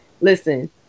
Listen